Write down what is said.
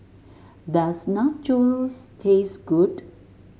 does Nachos taste good